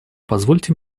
позвольте